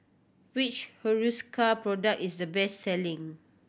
which Hiruscar product is the best selling